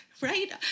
right